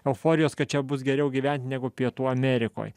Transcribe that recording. euforijos kad čia bus geriau gyvent negu pietų amerikoj